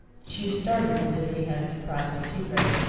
she started as if he had surprised a secret.